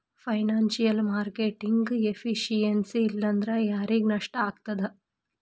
Financial marketing efficiency ಇಲ್ಲಾಂದ್ರ ಯಾರಿಗ್ ನಷ್ಟಾಗ್ತದ?